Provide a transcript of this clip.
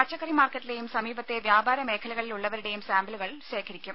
പച്ചക്കറി മാർക്കറ്റിലെയും സമീപത്തെ വ്യാപാര മേഖലകളിലുള്ളവരുടെയും സാമ്പിളുകൾ ശേഖരിക്കും